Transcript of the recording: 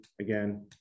again